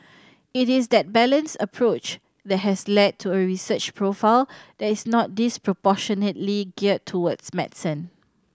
it is that balanced approach that has led to a research profile that is not disproportionately geared towards medicine